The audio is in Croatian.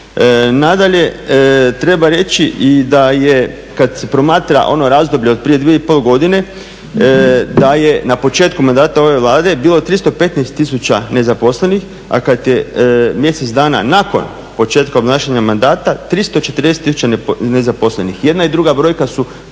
Nadalje, treba reći i da je kad se promatra ono razdoblje od prije 2,5 godine da je na početku mandata ove Vlade bilo 315 000 nezaposlenih, a mjesece dana nakon početka obnašanja mandata 340 000 nezaposlenih. Jedna i druga brojka su